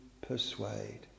persuade